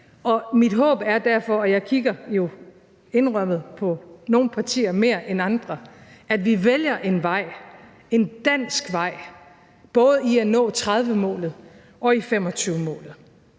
Mit håb er derfor – og jeg kigger jo, indrømmet, på nogle partier mere end andre – at vi vælger en vej, en dansk vej, både i at nå 2030-målet og i 2025-målet.